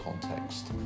context